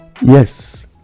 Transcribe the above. yes